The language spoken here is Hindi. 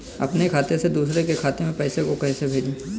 अपने खाते से दूसरे के खाते में पैसे को कैसे भेजे?